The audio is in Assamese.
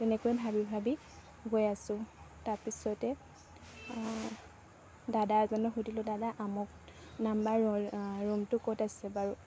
তেনেকৈ ভাবি ভাবি গৈ আছোঁ তাৰপিছতে দাদা এজনক সুধিলোঁ দাদা আমুক নম্বৰ ৰ ৰুমটো ক'ত আছে বাৰু